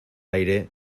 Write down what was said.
aire